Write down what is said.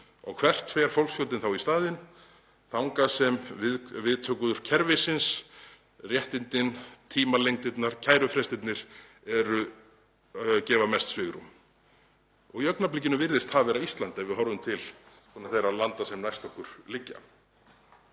Og hvert fer fólksfjöldinn þá í staðinn? Þangað sem viðtökur kerfisins, réttindin, tímalengdirnar, kærufrestirnir, gefa mest svigrúm og í augnablikinu virðist það vera Ísland ef við horfum til þeirra landa sem næst okkur liggja.